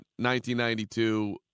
1992